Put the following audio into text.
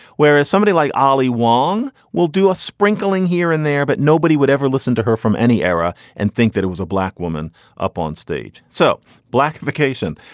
whereas somebody like ali wong will do a sprinkling here and there. but nobody would ever listen to her from any era and think that it was a black woman up on stage. so black vacation,